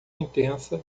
intensa